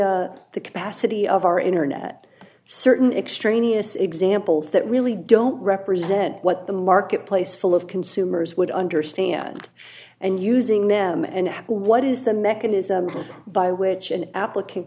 via the capacity of our internet certain extraneous examples that really don't represent what the marketplace full of consumers would understand and using them and what is the mechanism by which an applicant